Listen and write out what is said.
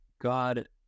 God